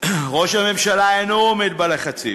ראש הממשלה אינו עומד בלחצים,